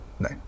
no